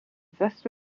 vaste